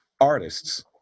artists